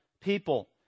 people